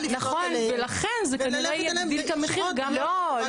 נכון ולכן זה כנראה יגדיל את המחיר גם ל --- לא,